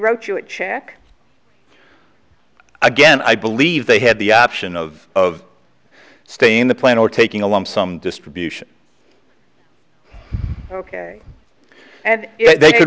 wrote you a check again i believe they had the option of staying in the plan or taking a lump sum distribution ok and they could